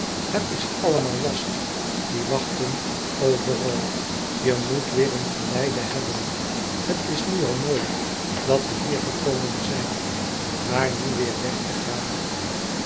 het is allemaal last die wachten overal je moet weêr een geleide hebben het is nu al mooi dat we hier gekomen zijn maar nu weêr weg te gaan